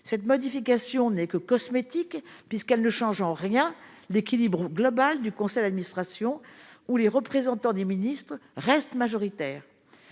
cette modification n'est que cosmétique puisqu'elle ne change en rien l'équilibre au global du conseil d'administration, où les représentants des ministres restent majoritaires,